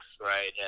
right